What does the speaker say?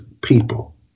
people